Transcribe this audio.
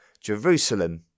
Jerusalem